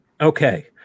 okay